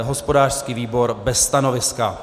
Hospodářský výbor bez stanoviska.